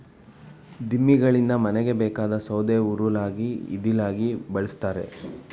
ದಿಮ್ಮಿಗಳಿಂದ ಮನೆಗೆ ಬೇಕಾದ ಸೌದೆ ಉರುವಲಾಗಿ ಇದ್ದಿಲಾಗಿ ಬಳ್ಸತ್ತರೆ